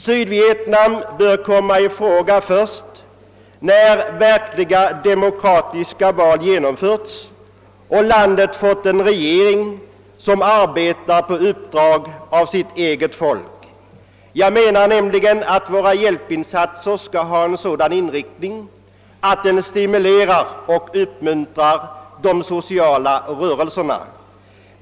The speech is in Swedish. Sydvietnam bör komma i fråga först när verkligt demokratiska val genomförts och landet fått en regering som arbetar på uppdrag av sitt eget folk. Våra hjälpinsatser skall enligt min mening ha en sådan inriktning att den stimulerar och uppmuntrar de sociala rörelserna.